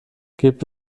gibt